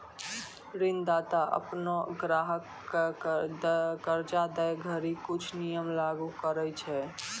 ऋणदाता अपनो ग्राहक क कर्जा दै घड़ी कुछ नियम लागू करय छै